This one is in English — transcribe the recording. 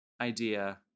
idea